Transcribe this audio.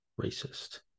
racist